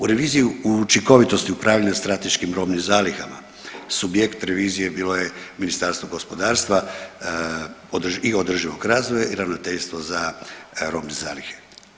U reviziji učinkovitosti upravljanja strateškim robnim zalihama subjekt revizije bilo je Ministarstvo gospodarstva i održivog razvoja i Ravnateljstvo za robne zalihe.